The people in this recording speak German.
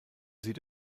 sieht